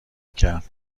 کرد